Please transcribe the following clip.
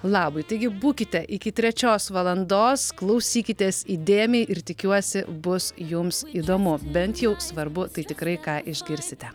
labui taigi būkite iki trečios valandos klausykitės įdėmiai ir tikiuosi bus jums įdomu bent jau svarbu tai tikrai ką išgirsite